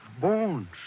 Bones